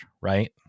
right